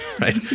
Right